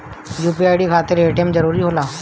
UPI खातिर ATM जरूरी होला?